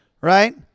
right